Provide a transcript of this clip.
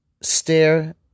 stare